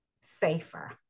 Safer